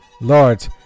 Lord